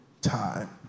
time